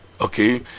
okay